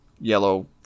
Yellow